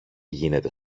γίνεται